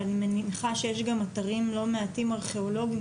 ואני מניחה שיש גם אתרים לא מעטים ארכיאולוגים,